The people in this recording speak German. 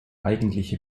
eigentliche